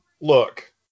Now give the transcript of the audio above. look